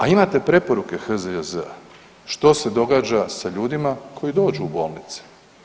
A imate preporuke HZJZ-a što se događa sa ljudima koji dođu u bolnice.